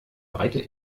breite